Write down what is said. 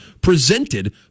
presented